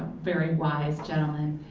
very wise gentlemen.